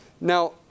Now